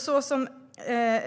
Så som